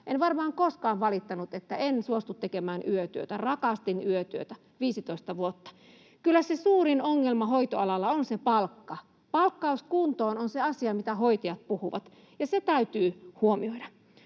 En varmaan koskaan valittanut, että en suostu tekemään yötyötä. Rakastin yötyötä, 15 vuotta. Kyllä se suurin ongelma hoitoalalla on se palkka. ”Palkkaus kuntoon” on se asia, mitä hoitajat puhuvat, ja se täytyy huomioida.